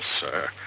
sir